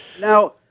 Now